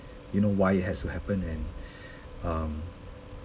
you know why it has to happen and um